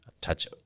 touch